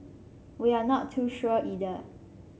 we are not too sure either